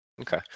Okay